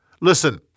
Listen